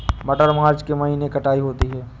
मटर मार्च के महीने कटाई होती है?